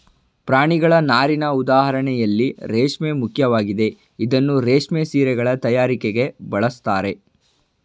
ಪ್ರಾಣಿಗಳ ನಾರಿನ ಉದಾಹರಣೆಯಲ್ಲಿ ರೇಷ್ಮೆ ಮುಖ್ಯವಾಗಿದೆ ಇದನ್ನೂ ರೇಷ್ಮೆ ಸೀರೆಗಳ ತಯಾರಿಕೆಗೆ ಬಳಸ್ತಾರೆ